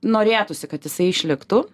norėtųsi kad jisai išliktų